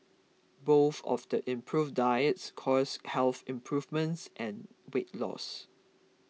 both of the improved diets caused health improvements and weight loss